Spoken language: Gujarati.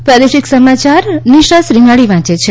પ્રાદેશિક સમાચાર નિશા શ્રીમાળી વાંચ છે